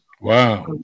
Wow